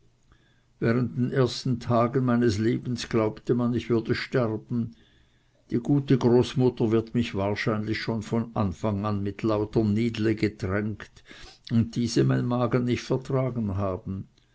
der ersten tage meines lebens glaubte man ich würde sterben die gute großmutter wird mich wahrscheinlich schon von anfang an mit lauter nidle getränkt und diese mein magen nicht vertragen haben